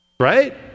right